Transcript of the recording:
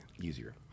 Easier